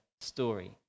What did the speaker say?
story